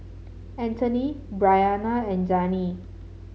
Antony Bryana and Zane